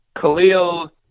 Khalil